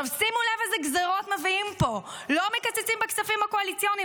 שימו לב איזה גזרות מביאים פה: לא מקצצים בכספים הקואליציוניים,